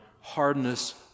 hardness